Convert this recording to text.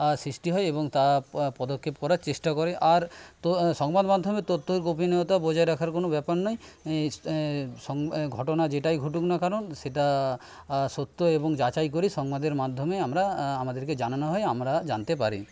আর সৃষ্টি হয় এবং তা পদক্ষেপ করার চেষ্টা করে আর তো সংবাদ মাধ্যমের তথ্য গোপনীয়তা বজায় রাখার কোনো ব্যাপার নয় ঘটনা যেটাই ঘটুক না কেন সেটা সত্য এবং যাচাই করে সংবাদের মাধ্যমে আমরা আমাদেরকে জানানো হয় আমরা জানতে পারি